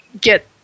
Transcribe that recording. get